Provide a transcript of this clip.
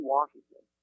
Washington